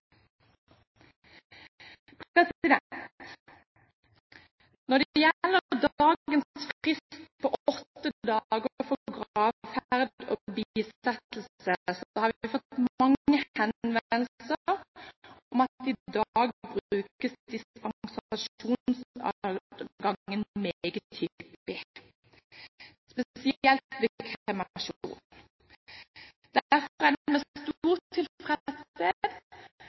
åtte dager for gravferd og bisettelse, har vi fått mange henvendelser om at i dag brukes dispensasjonsadgangen meget hyppig, spesielt ved kremasjon. Derfor er